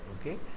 Okay